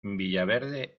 villaverde